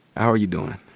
ah are you doin'?